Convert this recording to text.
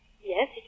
Yes